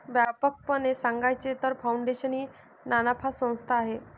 व्यापकपणे सांगायचे तर, फाउंडेशन ही नानफा संस्था आहे